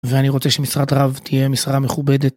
ואני רוצה שמשרת רב תהיה משרה מכובדת.